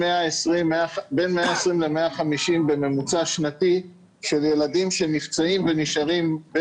בין 120 150 ילדים בממוצע שנתי נפצעים ונשארים עם נזקים,